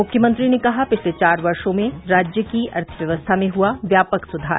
मुख्यमंत्री ने कहा पिछले चार वर्षों में राज्य की अर्थव्यवस्था में हुआ व्यापक सुधार